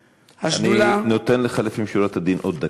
השדולה, אני נותן לך, לפנים משורת הדין, עוד דקה.